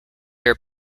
your